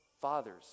fathers